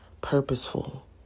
purposeful